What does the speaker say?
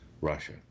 Russia